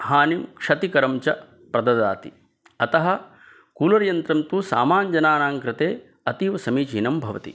हानिं क्षतिकरं च प्रददाति अतः कूलर् यन्त्रं तु सामान्यजनानां कृते अतीवसमीचीनं भवति